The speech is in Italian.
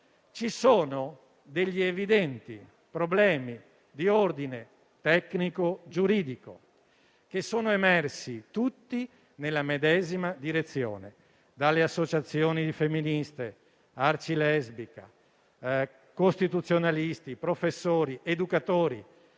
Ci sono degli evidenti problemi di ordine tecnico-giuridico, che sono emersi tutti nella medesima direzione: dalle associazioni di femministe, Arcilesbica, costituzionalisti, professori, educatori.